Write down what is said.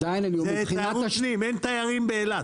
זה תיירות פנים, אין תיירים באילת.